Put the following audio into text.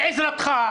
בעזרתך,